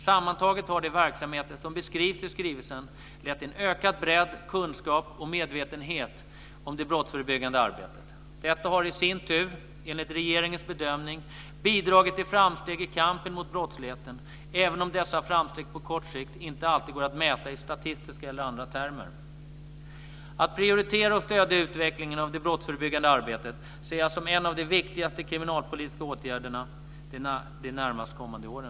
Sammantaget har de verksamheter som beskrivs i skrivelsen lett till en ökad bredd, kunskap och medvetenhet om det brottsförebyggande arbetet. Detta har i sin tur enligt regeringens bedömning bidragit till framsteg i kampen mot brottsligheten, även om dessa framsteg på kort sikt inte alltid går att mäta i statistiska eller andra termer. Att prioritera och stödja utvecklingen av det brottsförebyggande arbetet ser jag som en av de viktigaste kriminalpolitiska åtgärderna de närmast kommande åren.